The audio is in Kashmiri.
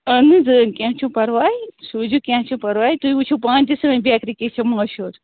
اہن حظ کیٚنٛہہ چھُنہٕ پَرواے سوٗزِو کیٚنٛہہ چھُنہٕ پرواے تُہۍ وُچھِو پانہٕ تہِ سٲنۍ بٮ۪کری کِژھ چھِ مشوٗر